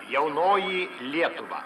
jaunoji lietuva